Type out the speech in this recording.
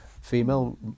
female